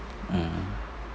mm